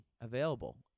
available